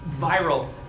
viral